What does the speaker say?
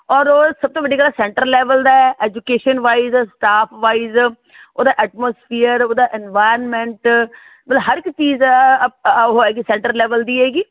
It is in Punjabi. ਔਰ ਉਹ ਸਭ ਤੋਂ ਵੱਡੀ ਗੱਲ ਹੈ ਸੈਂਟਰ ਲੈਵਲ ਦਾ ਐਜੂਕੇਸ਼ਨ ਵਾਈਜ ਸਟਾਫ ਵਾਈਜ ਉਹਦਾ ਐਟਮੋਸਫੀਅਰ ਉਹਦਾ ਇਨਵਾਇਰਮੈਂਟ ਮਤਲਵ ਹਰ ਇੱਕ ਚੀਜ਼ ਅ ਉਹ ਹੈਗੀ ਸੈਂਟਰ ਲੈਵਲ ਦੀ ਹੈਗੀ